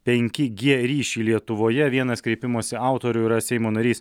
penki gie ryšį lietuvoje vienas kreipimosi autorių yra seimo narys